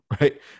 Right